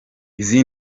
izi